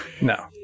No